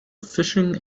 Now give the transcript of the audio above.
fishing